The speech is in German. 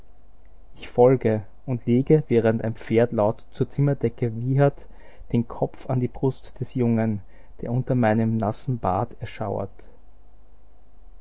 ich folge und lege während ein pferd laut zur zimmerdecke wiehert den kopf an die brust des jungen der unter meinem nassen bart erschauert